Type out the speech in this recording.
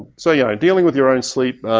so yeah, dealing with your own sleep,